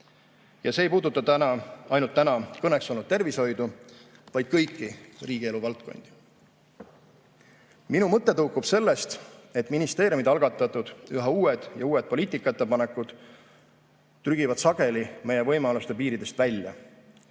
Ja see ei puuduta ainult täna kõneks olnud tervishoidu, vaid kõiki riigielu valdkondi. Minu mõte tõukub sellest, et ministeeriumide algatatud üha uued ja uued poliitikaettepanekud trügivad sageli meie võimaluste piiridest välja.